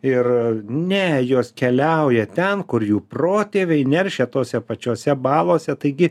ir ne jos keliauja ten kur jų protėviai neršia tose pačiose balose taigi